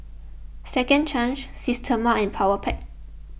Second Chance Systema and Powerpac